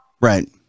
Right